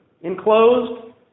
enclosed